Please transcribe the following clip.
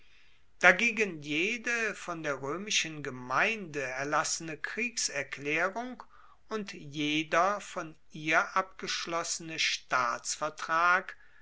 dagegen jede von der roemischen gemeinde erlassene kriegserklaerung und jeder von ihr abgeschlossene staatsvertrag